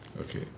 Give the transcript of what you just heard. Okay